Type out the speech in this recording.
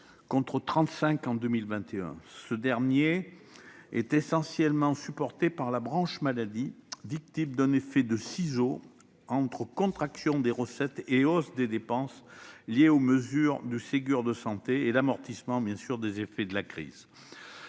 d'euros en 2021. Ce déficit est essentiellement supporté par la branche maladie, victime d'un effet de ciseau entre la contraction des recettes et la hausse des dépenses liées aux mesures du Ségur de la santé et à l'amortissement des effets de la crise.